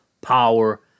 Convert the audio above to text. power